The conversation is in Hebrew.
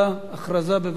הכרזה, בבקשה.